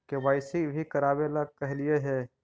KYC भी करवावेला कहलिये हे?